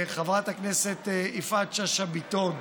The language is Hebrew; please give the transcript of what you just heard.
חברת הכנסת יפעת שאשא ביטון,